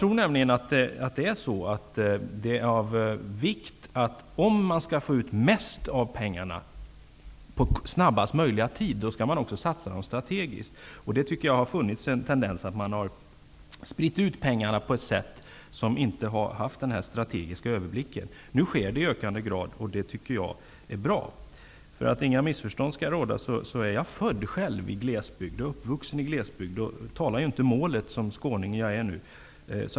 Om man skall få ut mesta möjliga av pengarna på snabbaste möjliga tid är det av vikt att man satsar dem strategiskt. Det har funnits en tendens till att man har spritt ut pengarna utan att ha haft den strategiska överblicken. Nu har man i ökande grad en sådan, och det tycker jag är bra. Jag vill för att några missförstånd inte skall råda säga att jag själv är uppfödd i glesbygd. Jag talar inte målet, så skåning jag är.